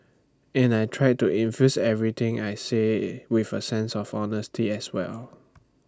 and I try to infuse everything I say with A sense of honesty as well